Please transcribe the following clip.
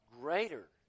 greater